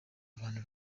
abantu